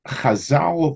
Chazal